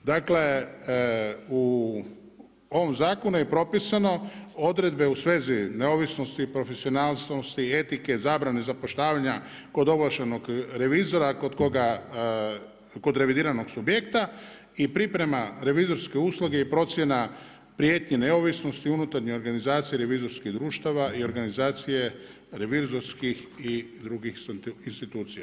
Dakle u ovom zakonu je propisano odredbe u svezi neovisnosti, profesionalnosti, etike, zabrane zapošljavanja kod ovlaštenog revizora kod revidiranog subjekta i priprema revizorske usluge i procjena prijetnji neovisnosti, unutarnjoj organizaciji revizorskih društava i organizacije revizorskih i drugih institucija.